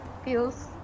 feels